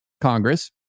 Congress